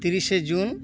ᱛᱨᱤᱥᱮ ᱡᱩᱱ